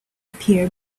appear